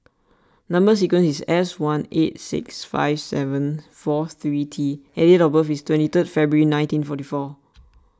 Number Sequence is S one eight six five seven four three T and date of birth is twenty three February nineteen forty four